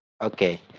Okay